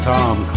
Tom